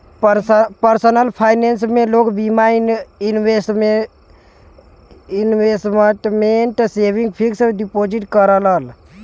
personal finance में लोग बीमा, इन्वेसमटमेंट, सेविंग, फिक्स डिपोजिट करलन